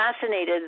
fascinated